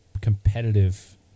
competitive